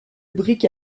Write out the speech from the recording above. brick